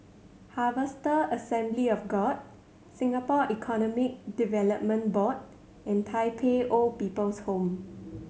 Harvester Assembly of God Singapore Economic Development Board and Tai Pei Old People's Home